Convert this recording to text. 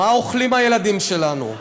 מה אוכלים הילדים שלנו.